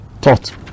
taught